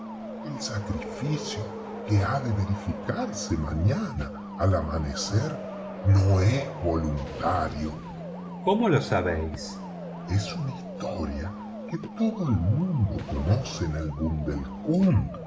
el sacrificio que ha de verificarse mañana al amanecer no es voluntario cómo lo sabéis es una historia que todo el mundo conoce en el bundelkund respondió el guía